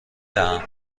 دهم